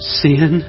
sin